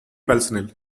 personnel